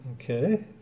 Okay